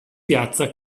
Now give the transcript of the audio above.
piazza